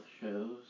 shows